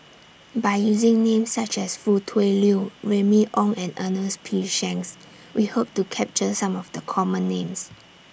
By using Names such as Foo Tui Liew Remy Ong and Ernest P Shanks We Hope to capture Some of The Common Names